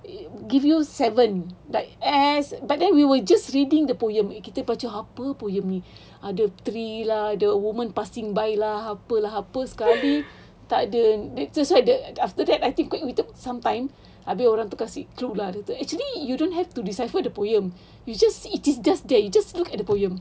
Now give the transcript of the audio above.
it gives you seven like but then we were just reading the poem kita baca apa poem ni ada tree lah ada women passing by apa lah apa sekali takde terus after that I think we took some time abeh orang tu kasi clue lah actually you don't have to decipher the poem you just it's just there you just look at the poem